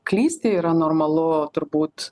klysti yra normalu turbūt